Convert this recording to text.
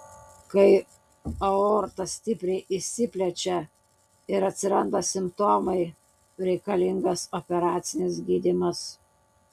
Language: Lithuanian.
kai aorta stipriai išsiplečia ir atsiranda simptomai reikalingas operacinis gydymas